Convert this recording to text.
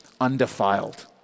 undefiled